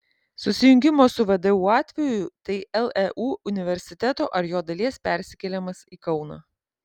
susijungimo su vdu atveju tai leu universiteto ar jo dalies persikėlimas į kauną